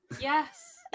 yes